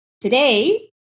today